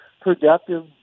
productive